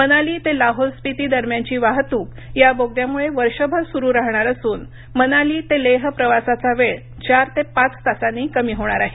मनाली ते लाहोल स्पिती दरम्यानची वाहतूक या बोगद्यामुळे वर्षभर सुरू राहणार असून मनाली ते लेह प्रवासाचा वेळ चार ते पाच तासांनी कमी होणार आहे